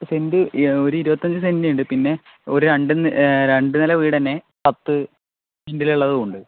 cent ഒരു ഇരുപത്തിയഞ്ച് cent ഉണ്ട് പിന്നെ ഒരു രണ്ട് നില വീട് തന്നെ പത്ത് സെന്റിലുള്ളത് ഉണ്ട്